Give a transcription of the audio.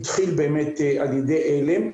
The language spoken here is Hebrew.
התחלה על ידי עלם.